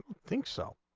think so